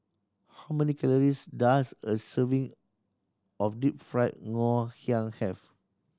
how many calories does a serving of Deep Fried Ngoh Hiang have